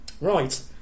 right